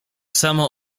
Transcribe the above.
samo